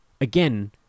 again